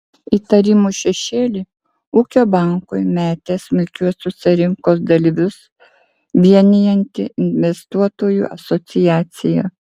įtarimų šešėlį ūkio bankui metė smulkiuosiuose rinkos dalyvius vienijanti investuotojų asociacija